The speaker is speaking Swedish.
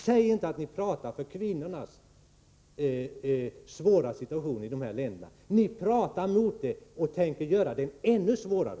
Säg inte att ni pratar för kvinnorna i dessa länder och för deras svåra situation! Ni pratar mot dem och tänker göra deras situation ännu svårare.